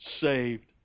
saved